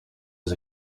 was